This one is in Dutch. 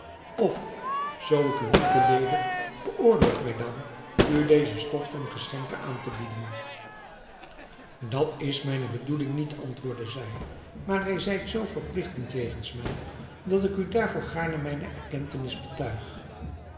of zoo ik u niet beleedig veroorloof mij dan u deze stof ten geschenke aan te bieden dat is mijne bedoeling niet antwoordde zij maar gij zijt zoo verpligtend jegens mij dat ik u daarvoor gaarne mijne erkentenis betuig